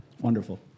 Wonderful